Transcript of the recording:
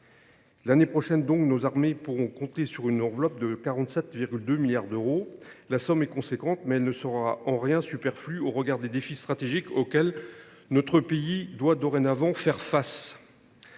L’année prochaine, nos armées pourront donc compter sur une enveloppe de 47,2 milliards d’euros. La somme est importante, mais elle ne sera en rien superflue au regard des défis stratégiques auxquels notre pays doit dorénavant faire face.